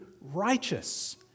righteous